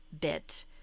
bit